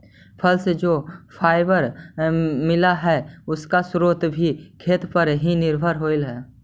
फल से जो फाइबर मिला हई, उसका स्रोत भी खेत पर ही निर्भर होवे हई